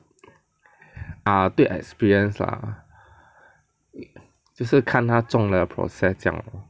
ah 对 experience lah 就是看他种的 process 这样 lor